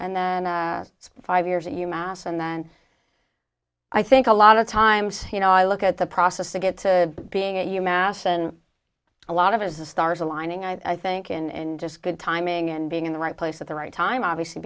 and then five years at u mass and then i think a lot of times you know i look at the process to get to being at u mass and a lot of is the stars aligning i think in just good timing and being in the right place at the right time obviously